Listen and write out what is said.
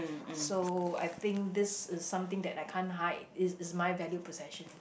so I think this is something that I can't hide is is my value possession